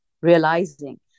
realizing